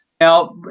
Now